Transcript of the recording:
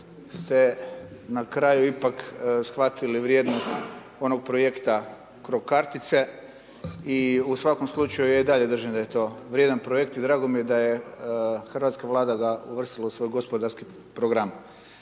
ste na kraju ipak shvatili vrijednost onog projekta cro kartice i u svakom slučaju ja i dalje držim da je to vrijedan projekt i drago mi je da je hrvatska Vlada ga uvrstila u svoj gospodarski program.